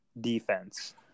defense